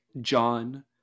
John